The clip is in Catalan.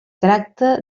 tracta